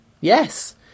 Yes